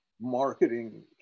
marketing